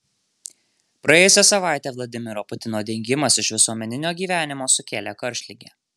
praėjusią savaitę vladimiro putino dingimas iš visuomeninio gyvenimo sukėlė karštligę